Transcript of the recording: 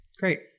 Great